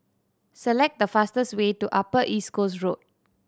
select the fastest way to Upper East Coast Road